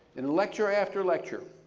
in lecture after lecture,